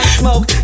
smoke